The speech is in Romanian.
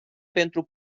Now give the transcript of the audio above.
pentru